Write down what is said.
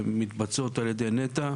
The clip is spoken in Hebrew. מתבצעות על-ידי נת"ע.